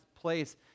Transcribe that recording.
place